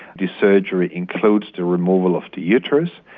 the surgery includes the removal of the uterus,